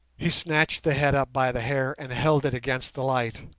he snatched the head up by the hair and held it against the light.